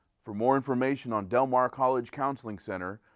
for more information on del mar college counseling center,